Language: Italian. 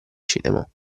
cinema